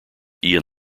ian